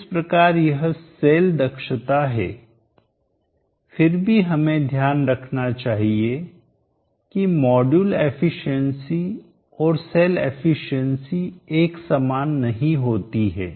इस प्रकार यह सेल दक्षता एफिशिएंसी है फिर भी हमें ध्यान रखना चाहिए कि मॉड्यूल एफिशिएंसी और सेल एफिशिएंसी एक समान नहीं होती है